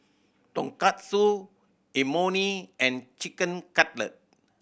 Tonkatsu Imoni and Chicken Cutlet